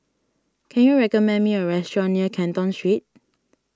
can you recommend me a restaurant near Canton Street